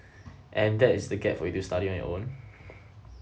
and that is the gap for you to study on your own